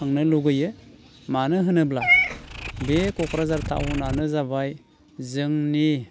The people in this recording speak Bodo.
थांनो लुबैयो मानो होनोब्ला बे क'क्राझार टाउनानो जाबाय जोंनि